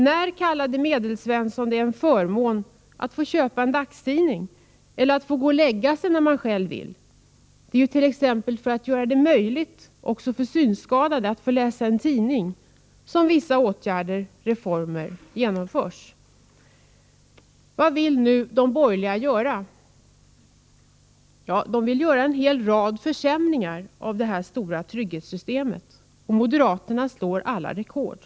När kallade Medelsvensson det en förmån att få köpa en dagstidning eller att få gå och lägga sig när han själv vill? Det är jut.ex. för att göra det möjligt också för synskadade att få läsa en tidning som vissa åtgärder, reformer, genomförs. Vad vill då de borgerliga göra? Jo, genomföra en hel rad försämringar i det stora trygghetssystemet. Moderaterna slår alla rekord.